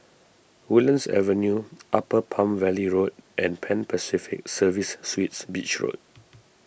Woodlands Avenue Upper Palm Valley Road and Pan Pacific Serviced Suites Beach Road